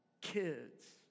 kids